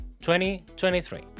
2023